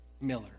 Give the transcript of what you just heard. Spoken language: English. Miller